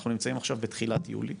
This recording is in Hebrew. אנחנו נמצאים עכשיו בתחילת יולי,